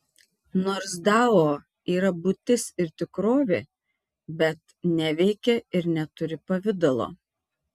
nors dao yra būtis ir tikrovė bet neveikia ir neturi pavidalo